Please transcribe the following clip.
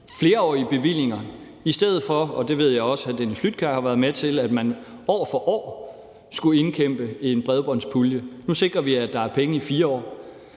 flerårige bevillinger, i stedet for – og det ved jeg også hr. Dennis Flydtkjær har været med til – at man år for år har skullet kæmpe en bredbåndspulje ind. Nu sikrer vi, at der er penge i 4 år.